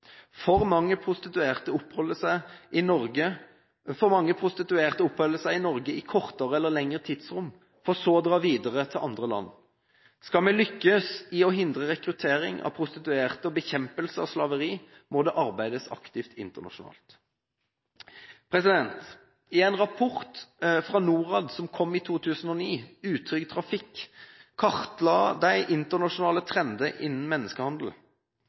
mennesker. Mange prostituerte oppholder seg i Norge i kortere eller lenger tidsrom for så å dra videre til andre land. Skal vi lykkes i å hindre rekruttering av prostituerte og bekjempelse av slaveri, må det arbeides aktivt internasjonalt. I en rapport fra Norad som kom i 2009, Utrygg trafikk, kartla de internasjonale trender innen menneskehandel.